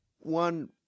One